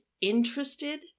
interested